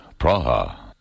Praha